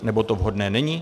Nebo to vhodné není?